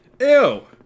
Ew